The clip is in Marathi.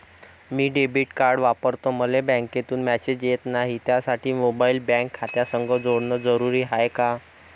मी डेबिट कार्ड वापरतो मले बँकेतून मॅसेज येत नाही, त्यासाठी मोबाईल बँक खात्यासंग जोडनं जरुरी हाय का?